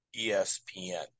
ESPN